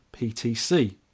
PTC